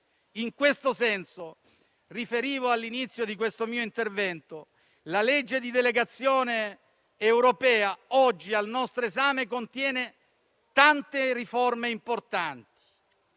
In questo senso, come riferivo all'inizio del mio intervento, la legge di delegazione europea, oggi al nostro esame, contiene tante riforme importanti.